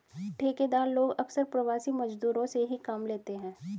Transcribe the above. ठेकेदार लोग अक्सर प्रवासी मजदूरों से ही काम लेते हैं